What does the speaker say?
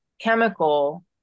chemical